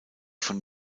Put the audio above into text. von